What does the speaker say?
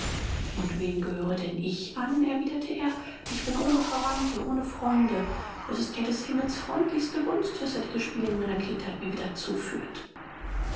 und wem gehöre denn ich an erwiderte er ich bin ohne verwandte ohne freund es ist ja des himmels freundlichste gunst daß er die gespielin meiner kindheit mir wieder zuführt